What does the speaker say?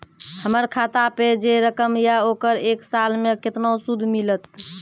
हमर खाता पे जे रकम या ओकर एक साल मे केतना सूद मिलत?